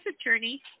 attorney